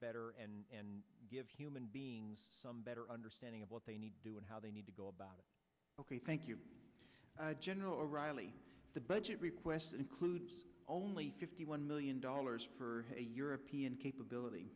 better and give human beings some better understanding of what they need to do and how they need to go about ok thank you gen reilly the budget request includes only fifty one million dollars for a european capability